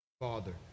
father